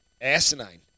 asinine